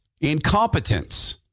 incompetence